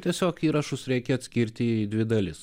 tiesiog įrašus reikia atskirti į dvi dalis